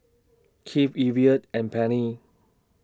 Kipp Evia and Penny